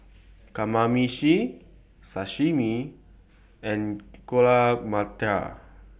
Kamameshi Sashimi and Alu Matar